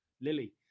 lily